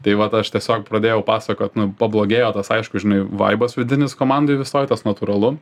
tai vat aš tiesiog pradėjau pasakot pablogėjo tas aišku žinai vaibas vidinis komandoj visoj tas natūralu